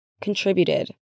contributed